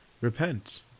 Repent